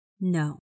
No